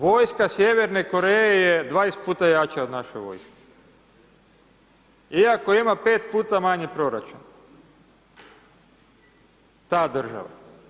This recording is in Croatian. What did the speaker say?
Vojska Sjeverne Koreje je dvajst puta jača od naše vojske, iako ima pet puta manji proračun, ta država.